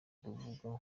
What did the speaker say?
ruvuga